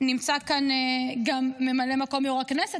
נמצא כאן גם ממלא מקום יו"ר הכנסת,